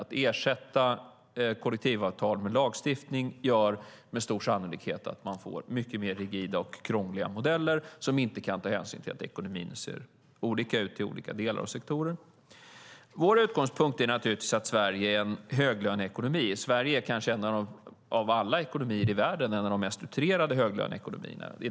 Att ersätta kollektivavtal med lagstiftning gör med stor sannolikhet att man får mycket mer rigida och krångliga modeller som inte kan ta hänsyn till att ekonomin ser olika ut i olika delar och sektorer. Vår utgångspunkt är naturligtvis att Sverige är en höglöneekonomi. Sverige är kanske en av de mest utrerade höglöneekonomierna i världen.